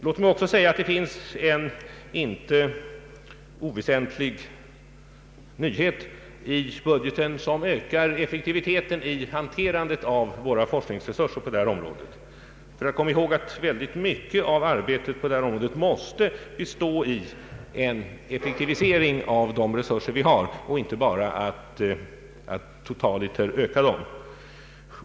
Låt mig också säga att det finns en inte oväsentlig nyhet i budgeten som ökar effektiviteten i hanterandet av våra forskningsresurser på det här områ det. Kom ihåg att väldigt mycket av arbetet på det här området måste bestå i effektivisering av de resurser vi har och inte bara i att totaliteter öka dem.